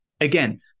Again